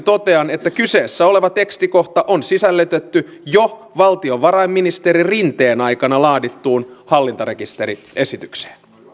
koetaan että nyt pitää ruveta laittamaan joitakin omia katupartioita ja porukoita tuonne kirkonkylille ja kaupunkeihin